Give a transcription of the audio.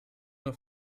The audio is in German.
nur